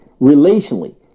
relationally